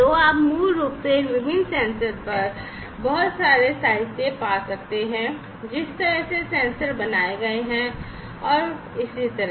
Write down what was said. तो आप मूल रूप से इन विभिन्न सेंसर पर बहुत सारे साहित्य पा सकते हैं जिस तरह से सेंसर बनाए गए हैं और इसी तरह